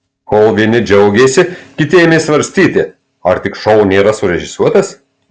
kol vieni džiaugėsi kiti ėmė svarstyti ar tik šou nėra surežisuotas